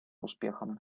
успехом